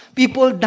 people